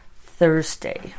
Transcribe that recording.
Thursday